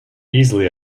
easily